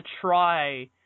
try